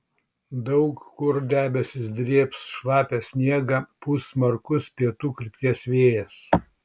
daug kur debesys drėbs šlapią sniegą pūs smarkus pietų krypties vėjas